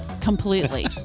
completely